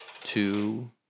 two